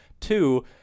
Two